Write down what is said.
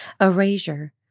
erasure